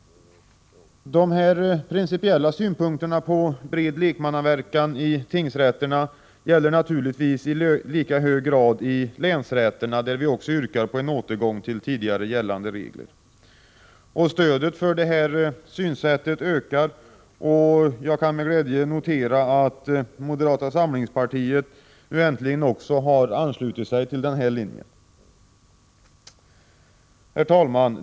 Dessa principiella synpunkter på bred lekmannamedverkan i tingsrätterna gäller naturligtvis i lika hög grad i länsrätterna, där vi också yrkar på en återgång till tidigare gällande regler. Stödet för detta synsätt ökar, och jag kan med glädje notera att moderata samlingspartiet nu äntligen har anslutit sig till denna linje. Herr talman!